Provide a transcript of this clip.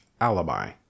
alibi